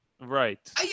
Right